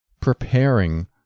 preparing